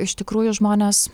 iš tikrųjų žmonės